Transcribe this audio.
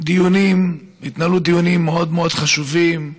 דיונים מאוד מאוד חשובים,